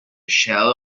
shell